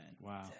Wow